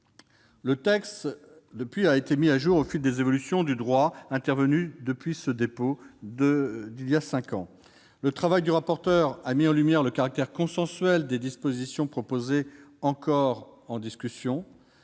Le texte a été mis à jour au fil des évolutions du droit intervenues depuis son dépôt. Le travail du rapporteur a mis en lumière le caractère consensuel des dispositions proposées encore en discussion.